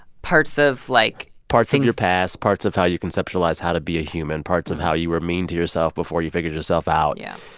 parts of, like, things. parts of your past, parts of how you conceptualize how to be a human, parts of how you were mean to yourself before you figured yourself out. yeah.